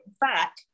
back